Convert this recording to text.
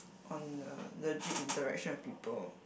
on the legit direction of people